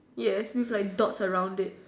yes with like dots around it